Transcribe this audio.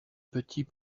petit